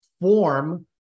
form